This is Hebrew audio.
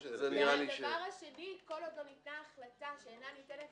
והדבר השני כל עוד לא ניתנה החלטה שאינה ניתנת